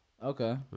Okay